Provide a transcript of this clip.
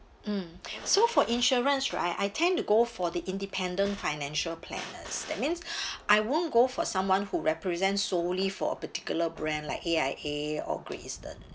mm so for insurance right I tend to go for the independent financial planners that means I won't go for someone who represent solely for particular brand like A_I_A or Great Eastern